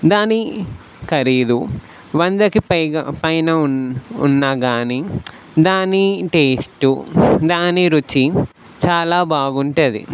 దాని ఖరీదు వందకి పైగా పైన ఉన్న గానీ దాని టేస్ట్ దాని రుచి చాలా బాగుంటుంది